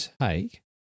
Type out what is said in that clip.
take